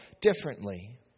differently